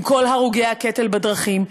עם כל הרוגי הקטל בדרכים.